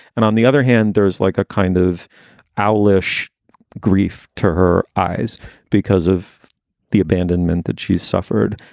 and on the other hand, there's like a kind of owlish grief to her eyes because of the abandonment that she's suffered.